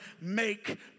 make